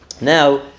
Now